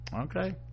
okay